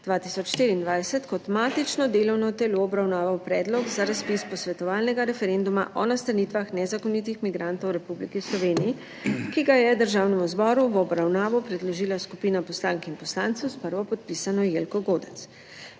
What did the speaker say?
2024 kot matično delovno telo obravnaval predlog za razpis posvetovalnega referenduma o nastanitvah nezakonitih migrantov v Republiki Sloveniji, ki ga je Državnemu zboru v obravnavo predložila skupina poslank in poslancev s prvopodpisano Jelko Godec.